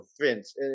Vince